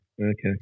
Okay